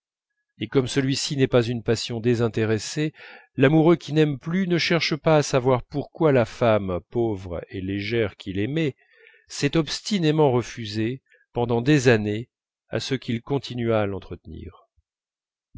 et comme celui-ci n'est pas une passion désintéressée l'amoureux qui n'aime plus ne cherche pas à savoir pourquoi la femme pauvre et légère qu'il aimait s'est obstinément refusée pendant des années à ce qu'il continuât à l'entretenir